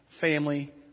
family